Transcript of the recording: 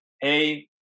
hey